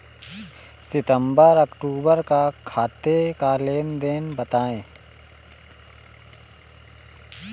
सितंबर अक्तूबर का खाते का लेनदेन बताएं